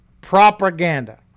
propaganda